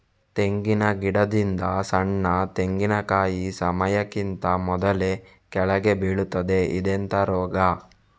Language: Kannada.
ತೆಂಗಿನ ಗಿಡದಿಂದ ಸಣ್ಣ ತೆಂಗಿನಕಾಯಿ ಸಮಯಕ್ಕಿಂತ ಮೊದಲೇ ಕೆಳಗೆ ಬೀಳುತ್ತದೆ ಇದೆಂತ ರೋಗ?